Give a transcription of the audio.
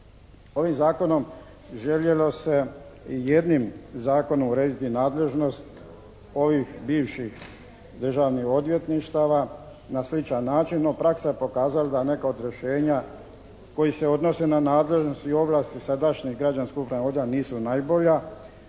Ovim Zakonom željelo se jednim zakonom urediti nadležnost ovih bivših državnih odvjetništava na sličan način no praksa je pokazala da neka od rješenja koji se odnose na nadležnost i ovlasti sadašnjeg građanskog … /Govornik se